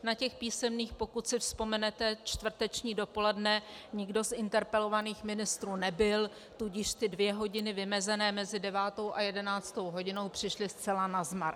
Na těch písemných, pokud si vzpomenete, čtvrteční dopoledne nikdo z interpelovaných ministrů nebyl, tudíž dvě hodiny vymezené mezi 9. a 11. hodinou přišly zcela nazmar.